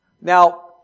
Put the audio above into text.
Now